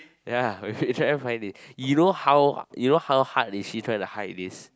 ya we we trying to find this you know how you know how hard is he trying to hide this